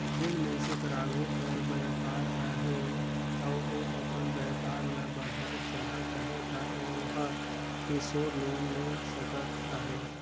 जेन मइनसे कर आघु कर बयपार अहे अउ ओ अपन बयपार ल बढ़ाएक चाहत अहे ता ओहर किसोर लोन ले सकत अहे